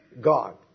God